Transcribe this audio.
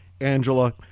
Angela